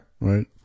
right